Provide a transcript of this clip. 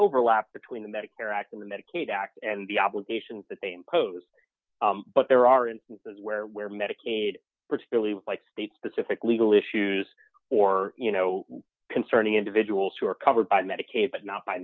overlap between the medicare act and the medicaid act and the obligations that they impose but there are instances where where medicaid particularly like state specific legal issues or you know concerning individuals who are covered by medicaid but not by